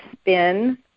spin